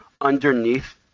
underneath